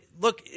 look